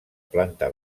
planta